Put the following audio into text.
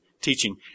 teaching